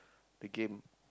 the game